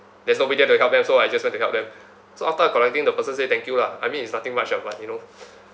there's nobody there to help them so I just went to help them so after collecting the person say thank you lah I mean it's nothing much ah but you know